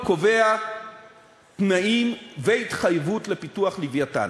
הוא קובע תנאים והתחייבות לפיתוח "לווייתן".